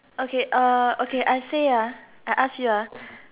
okay uh okay I say ah I ask you ah